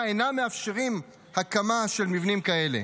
אינם מאפשרים הקמה של מבנים כאלה.